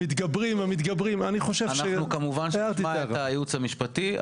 מתגברים המתגברים --- אנחנו כמובן שנשמע את הייעוץ המשפטי,